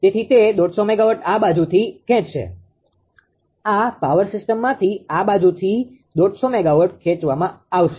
તેથી તે 150 મેગાવોટ આ બાજુથી ખેંચશે આ પાવર સિસ્ટમમાંથી આ બાજુથી 150 મેગાવોટ ખેચવામાં આવશે